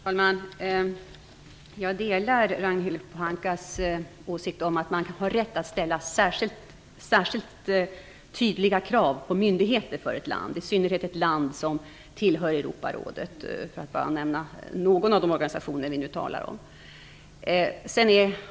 Fru talman! Jag delar Ragnhild Pohankas åsikt om att man har rätt att ställa särskilt tydliga krav på ett lands myndigheter, i synnerhet ett land som tillhör Europarådet, för att bara nämna någon av de organisationer som vi nu talar om.